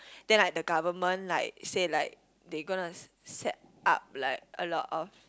then like the government like say like they gonna set up like a lot of